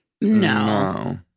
No